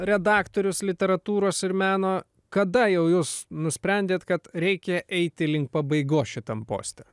redaktorius literatūros ir meno kada jau jūs nusprendėt kad reikia eiti link pabaigos šitam poste